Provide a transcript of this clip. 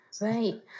Right